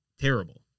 terrible